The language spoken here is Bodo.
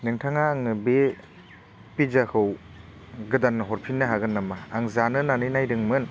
नोंथाङा आंनो बे पिज्जाखौ गोदान हरफिननो हागोन नामा आं जानो होननानै नायदोंमोन